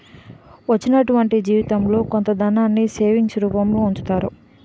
వచ్చినటువంటి జీవితంలో కొంత ధనాన్ని సేవింగ్స్ రూపంలో ఉంచుతారు